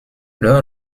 leur